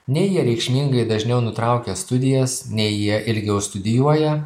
nei jie reikšmingai dažniau nutraukia studijas nei jie ilgiau studijuoja